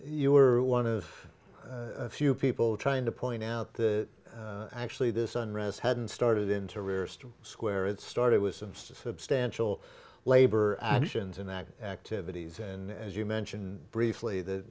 you were one of a few people trying to point out that actually this unrest hadn't started in to restore square it started with some substantial labor actions in that activities and as you mentioned briefly th